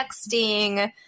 texting